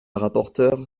rapporteure